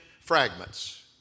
fragments